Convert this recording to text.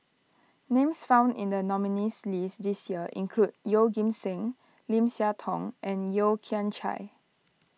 names found in the nominees' list this year include Yeoh Ghim Seng Lim Siah Tong and Yeo Kian Chai